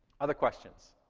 other questions.